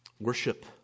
Worship